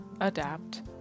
adapt